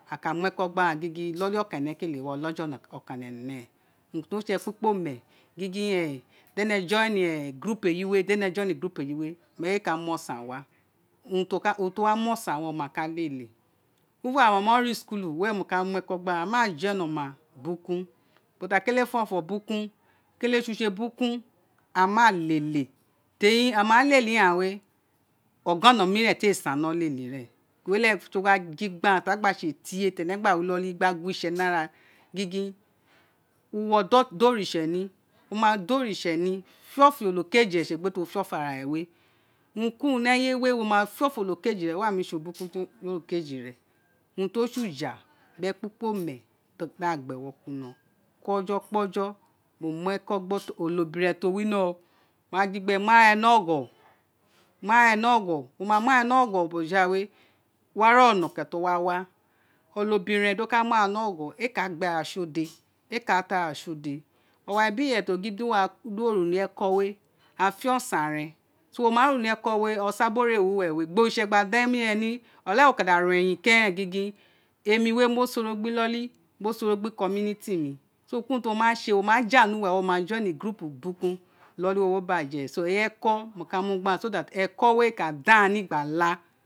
A ka mu eka gbe aghan gingin inoli okan owun ene kélé ọka ọkan owun ene nẹ urun to o se ekpikpome gingin si ene jom group eqi wé di ene join group eyi éè kamu o san wa urun ti owa mu osa wa owun mo wa ka lel even ama mo ré school were mo ko mu eko gbe ghan ma join oma bukun ubo ti a kélé ofò bukun kélé usé bukun a ma lélé téri ama télé ighaan wé ogona mi ren té san a no lete ra owun o leghe mo gba gin gbe aghan ti aghan gba sé tie gin tiene gba wi inoli eme ka gnó itse ni ara uwo do ri tse ni te ofo ọnọkeji re sisi gin wo fe ofo ara re urun ki urun n yey wé no mo fe ofo onokeji rẹ wéè wa némi sé urun bulaun si onoké ti re urun ti osé uja bi ekpikp me di aghan gba awo kuri ino kpọjọ kpọjọ mo mu gbe ọtọn mi onobiren ti wino ma gin gbe gin mu eia rẹ no gho wo ma mu ara rẹ nọ gho bojo ghano é wowa ri ọnọkẹrẹn ti o wa wa onobiren do ka mu ara ro no gho éè ra sọ dé owa biri iyẹre ti o gin di uwo re ulieko aghan fe o san re so wo ma ré ulieko wé o sa biri oré éè wi uwe wé sé emi re ni ira eren wo ka ro eyin keren gin émi wé mo soro gbẹ inoli mo so ro gbe community so urun ki urun ti mo ma se mo ma ja ni uwe mo ma join group bukun inoli wo baje eyi eko ti mo ka mugbe aghan so that eko wé laada ghan ni gbala